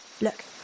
Look